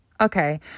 okay